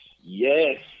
Yes